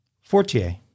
Fortier